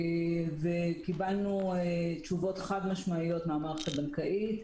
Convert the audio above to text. וקיבלנו תשובות חד משמעיות מהמערכת הבנקאית,